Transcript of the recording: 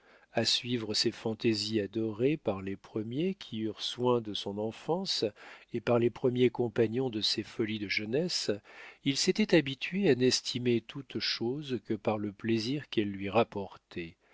à suivre ses fantaisies adorées par les premiers qui eurent soin de son enfance et par les premiers compagnons de ses folies de jeunesse il s'était habitué à n'estimer toute chose que par le plaisir qu'elle lui rapportait